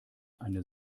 eine